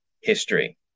History